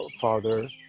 father